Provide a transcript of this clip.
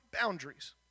boundaries